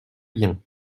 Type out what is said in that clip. bien